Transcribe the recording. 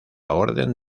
orden